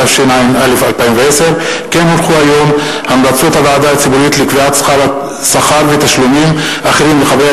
התשע”א 2010. המלצות הוועדה הציבורית לקביעת שכר ותשלומים אחרים לחברי